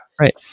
Right